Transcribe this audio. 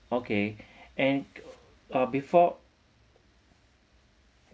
okay and uh before